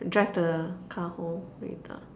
drive the car home later